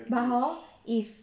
but hor if